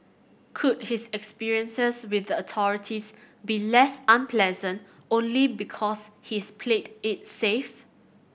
could his experiences with the authorities be less unpleasant only because he's played it safe